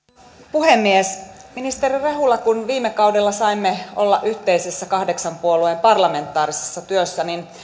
puhemies ministeri rehula kun viime kaudella saimme olla yhteisessä kahdeksan puolueen parlamentaarisessa työssä niin